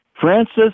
Francis